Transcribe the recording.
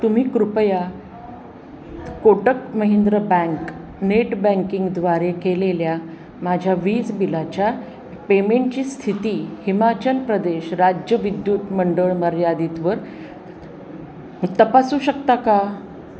तुम्ही कृपया Kotak Mahindra bank net बँकिंगद्वारे केलेल्या माझ्या वीज बिलाच्या पेमेंटची स्थिती हिमाचल प्रदेश राज्य विद्युत मंडळ मर्यादितवर तपासू शकता का